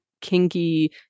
kinky